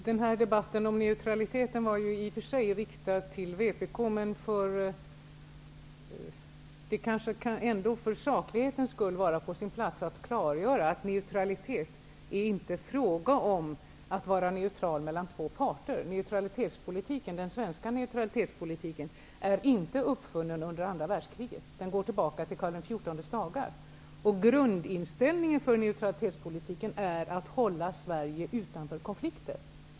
Herr talman! Debatten om neutraliteten var i och för sig riktad till Vänsterpartiet. Men det kanske ändå för saklighetens skull kan vara på sin plats att klargöra att det vid neutralitet inte är fråga om att vara neutral mellan två parter. Den svenska neutralitetspolitiken uppfanns inte under andra världskriget utan går tillbaka till Karl XIV:s dagar. Grundinställningen för neutralitetspolitiken är att hålla Sverige utanför konflikter.